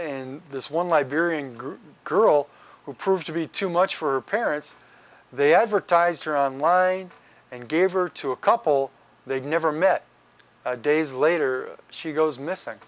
in this one liberian group girl who proved to be too much for parents they advertised her on line and gave her to a couple they never met a days later she goes missing